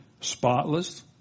spotless